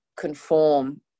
Conform